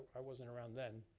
i wasn't around then.